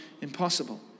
impossible